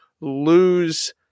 lose